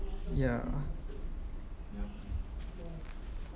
ya